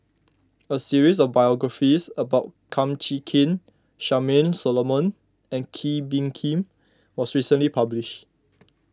a series of biographies about Kum Chee Kin Charmaine Solomon and Kee Bee Khim was recently published